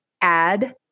add